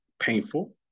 painful